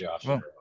Josh